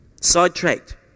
sidetracked